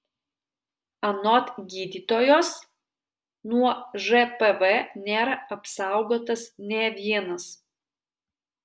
anot gydytojos nuo žpv nėra apsaugotas nė vienas